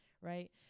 Right